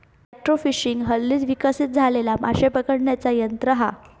electrofishing हल्लीच विकसित झालेला माशे पकडण्याचा तंत्र हा